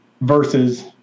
versus